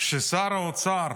ששר האוצר